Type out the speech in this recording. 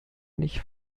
nicht